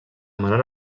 menor